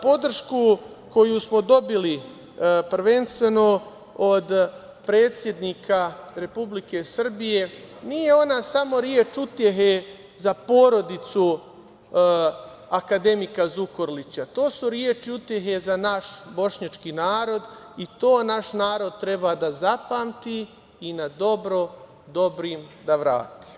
Podršku koju smo dobili, prvenstveno od predsednika Republike Srbije, nije ona samo reč utehe za porodicu akademika Zukorlića, to su reči utehe za naš bošnjački narod i to naš narod treba da zapamti i dobro dobrim da vrati.